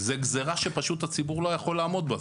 זה גזירה שהציבור לא יכול לעמוד בה.